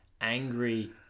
angry